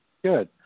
Good